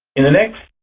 in the next